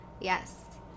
yes